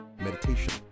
meditation